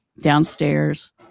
downstairs